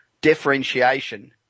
differentiation